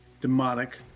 demonic